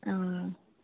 অঁ